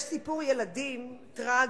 יש סיפור ילדים טרגי,